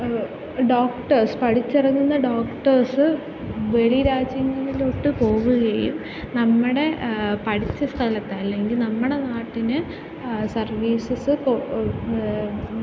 doctors പഠിച്ചിറങ്ങുന്ന doctors വെളിരാജ്യങ്ങളിലോട്ടു പോകുകയും നമ്മുടെ പഠിച്ച സ്ഥലത്ത് അല്ലെങ്കിൽ നമ്മുടെ നാട്ടിന് സർവീസസ് കോ